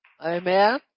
Amen